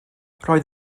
roedd